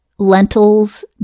Lentils